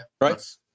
Right